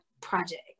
project